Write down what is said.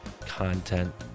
content